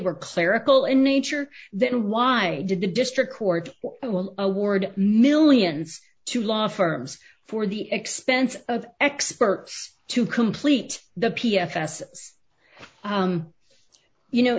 were clerical in nature then why did the district court will award millions to law firms for the expense of experts to complete the p f s you know